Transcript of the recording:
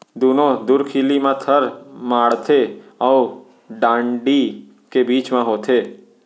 दुनो धुरखिली म थर माड़थे अउ डांड़ी के बीच म होथे